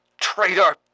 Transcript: traitor